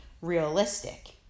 realistic